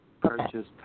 purchase